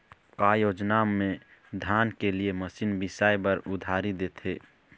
का योजना मे धान के लिए मशीन बिसाए बर उधारी देथे?